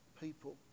people